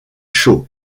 shaw